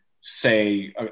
say